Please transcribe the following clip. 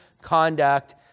conduct